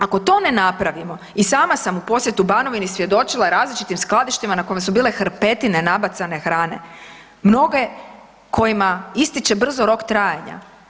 Ako to ne napravimo i sama sam u posjeti Banovini svjedočila različitim skladištima na kojima su bile hrpetine nabacane hrane, mnoge kojima ističe brzo rok trajanja.